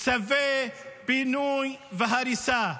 צווי פינוי והריסה.